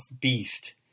beast